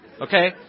Okay